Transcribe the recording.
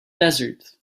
desert